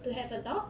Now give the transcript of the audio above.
to have a dog